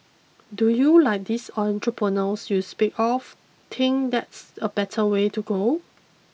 do you like these entrepreneurs you speak of think that's a better way to go